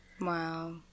Wow